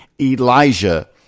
Elijah